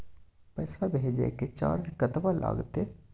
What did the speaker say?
पैसा भेजय के चार्ज कतबा लागते?